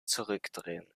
zurückdrehen